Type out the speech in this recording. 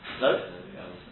No